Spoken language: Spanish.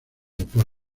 por